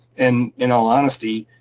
and in all honesty,